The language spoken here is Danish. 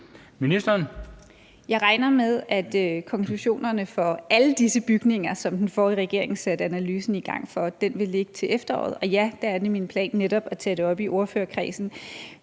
Jeg regner med, at konklusionerne for alle disse bygninger, som den forrige regering satte analysen i gang af, vil foreligge til efteråret. For ja, der er nemlig en plan, og den er netop at tage det op i ordførerkredsen.